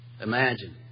imagine